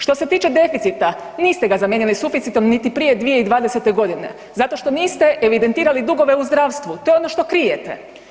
Što se tiče deficita, niste ga zamijenili suficitom niti prije 2020.g. zato što niste evidentirali dugove u zdravstvu, to je ono što krijete.